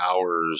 hours